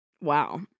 wow